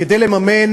כדי לממן